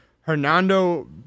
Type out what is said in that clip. Hernando